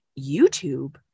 YouTube